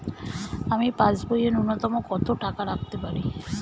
আমি পাসবইয়ে ন্যূনতম কত টাকা রাখতে পারি?